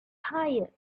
tired